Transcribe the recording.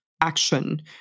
action